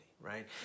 right